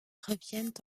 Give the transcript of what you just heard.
reviennent